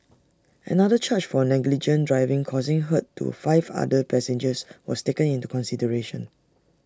another charge for negligent driving causing hurt to five other passengers was taken into consideration